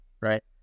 right